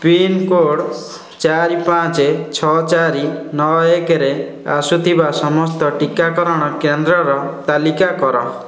pincode ଚାରି ପାଞ୍ଚ ଛଅ ଚାରି ନଅ ଏକରେ ଆସୁଥିବା ସମସ୍ତ ଟିକାକରଣ କେନ୍ଦ୍ରର ତାଲିକା କର